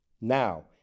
Now